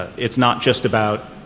it's not just about,